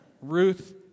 Ruth